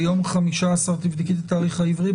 ביום 15 בדצמבר, תבדקי את התאריך העברי.